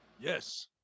Yes